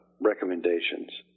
recommendations